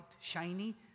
shiny